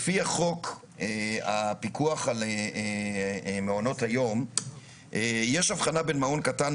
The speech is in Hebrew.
לפי החוק הפיקוח על מעונות היום יש הבחנה בין מעון קטן,